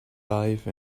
life